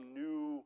new